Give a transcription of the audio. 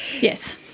yes